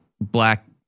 black